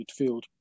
midfield